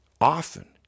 often